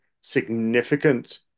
significant